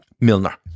Milner